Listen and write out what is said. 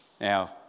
Now